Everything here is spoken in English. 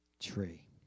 tree